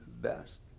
best